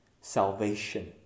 salvation